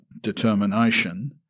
determination